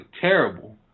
terrible